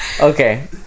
Okay